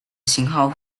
型号